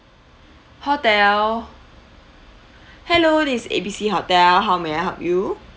hotel hello this is A B C hotel how may I help you